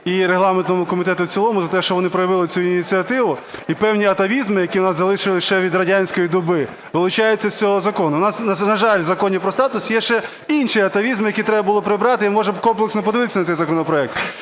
і регламентному комітету в цілому за те, що вони проявили цю ініціативу, і певні атавізми, які в нас залишилися ще від радянської доби, вилучаються з цього закону. В нас, на жаль, в Законі про статус є ще інші атавізми, які треба було прибрати і, може б, комплексно подивитися на цей законопроект.